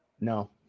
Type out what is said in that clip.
No